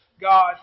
God